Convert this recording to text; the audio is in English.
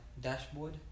dashboard